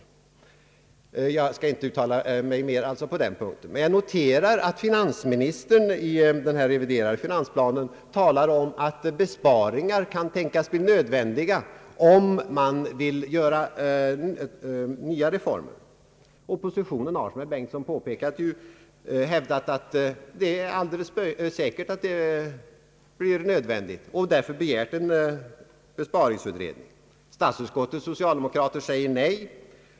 Jag behöver alltså inte uttala mig på den punkten. Jag noterar emellertid att finansministern i den reviderade finansplanen talar om att besparingar kan tänkas bli nödvändiga, om man vill göra nya reformer. Oppositionen har, som herr Bengtson påpekat, hävdat att det alldeles säkert blir nödvändigt och därför begärt en besparingsutredning. Statsutskottets socialdemokrater säger nej.